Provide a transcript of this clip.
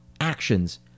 actions